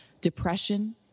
depression